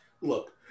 Look